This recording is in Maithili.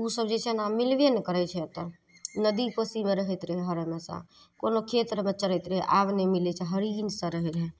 ओसभ जे छै ने आब मिलबे नहि करै छै एतय नदी कोसीमे रहैत रहै हर हमेशा ओन्नऽ खेत अरमे चरैत रहै आब नहि मिलै छै हरिन सभ रहैत रहै